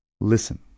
Listen